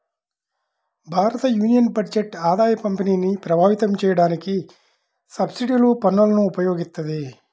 భారతయూనియన్ బడ్జెట్ ఆదాయపంపిణీని ప్రభావితం చేయడానికి సబ్సిడీలు, పన్నులను ఉపయోగిత్తది